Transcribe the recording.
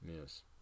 Yes